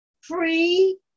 free